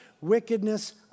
wickedness